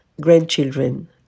grandchildren